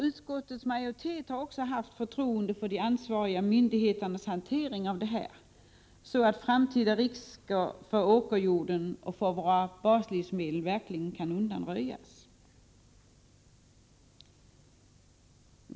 Utskottets majoritet har också haft förtroende för de ansvariga myndigheternas hantering av dessa frågor, så att framtida risker för åkerjorden och våra baslivsmedel verkligen kan undanröjas.